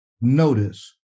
Notice